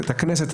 את הכנסת,